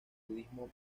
budismo